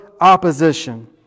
opposition